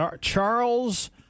Charles